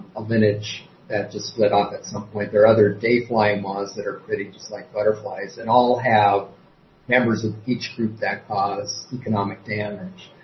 a lineage that just split off at some point. there are other day flying moths that are pretty just like butterflies, and all have members of each group that cause economic damage.